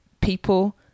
people